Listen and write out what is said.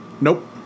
Nope